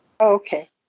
Okay